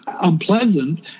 unpleasant